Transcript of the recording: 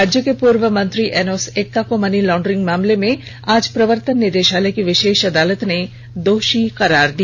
राज्य के पूर्व मंत्री एनोस एक्का को मनी लॉन्ड्रिंग मामले में आज प्रवर्तन निदेशालय की विशेष अदालत ने दोषी करार दिया